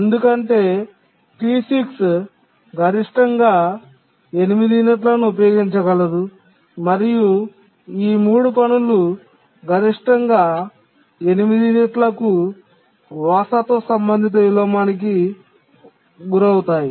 ఎందుకంటే T6 గరిష్టంగా 8 యూనిట్లను ఉపయోగించగలదు మరియు ఈ 3 పనులు గరిష్టంగా 8 యూనిట్లకు వారసత్వ సంబంధిత విలోమానికి గురవుతాయి